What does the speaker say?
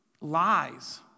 Lies